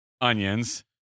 Onions